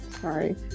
Sorry